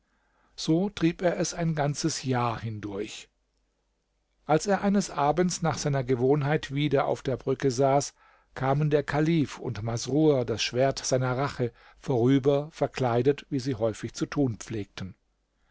so trieb er es ein ganzes jahr hindurch als er eines abends nach seiner gewohnheit wieder auf der brücke saß kamen der kalif und masrur das schwert seiner rache vorüber verkleidet wie sie häufig zu tun pflegten